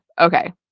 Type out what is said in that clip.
Okay